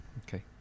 Okay